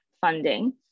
funding